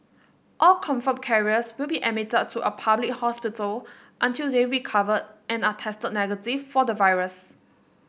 all confirmed carriers will be admitted to a public hospital until they recover and are tested negative for the virus